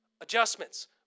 adjustments